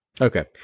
Okay